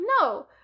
No